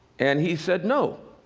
and he said, no.